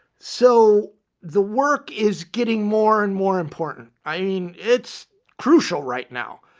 so the work is getting more and more important. i mean, it's crucial right now.